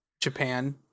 Japan